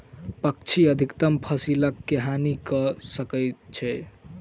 पक्षी अधिकतम फसिल के हानि कय सकै छै